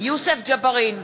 יוסף ג'בארין,